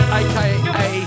aka